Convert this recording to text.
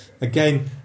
Again